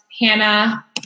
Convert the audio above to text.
Hannah